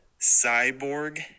cyborg